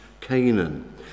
Canaan